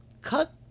cut